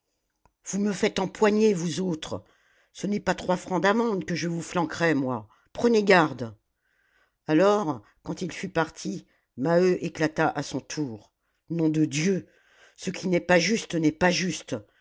vous me faites empoigner vous autres ce n'est pas trois francs d'amende que je vous flanquerai moi prenez garde alors quand il fut parti maheu éclata à son tour nom de dieu ce qui n'est pas juste n'est pas juste